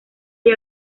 dio